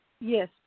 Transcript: Yes